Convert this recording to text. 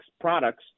products